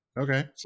Okay